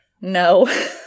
no